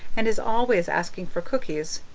and is always asking for cookies.